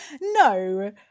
No